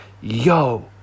yo